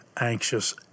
anxious